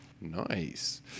Nice